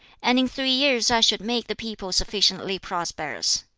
and in three years i should make the people sufficiently prosperous.